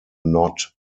not